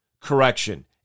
correction